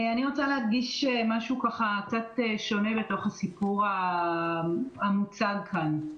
אני רוצה להדגיש משהו שונה בסיפור המוצג כאן.